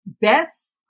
Beth